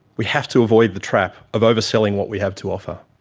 we have to avoid the trap of overselling what we have to offer.